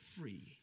free